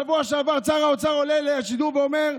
בשבוע שעבר שר האוצר עולה לשידור ואומר: